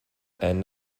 and